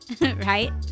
right